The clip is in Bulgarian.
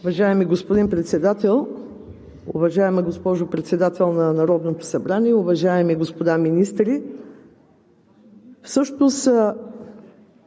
Уважаеми господин Председател, уважаема госпожо Председател на Народното събрание, уважаеми господа министри!